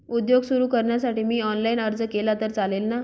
उद्योग सुरु करण्यासाठी मी ऑनलाईन अर्ज केला तर चालेल ना?